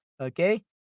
okay